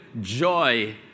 joy